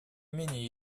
менее